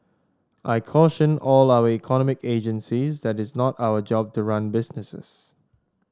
I caution all our economic agencies that is not our job to run businesses